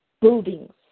buildings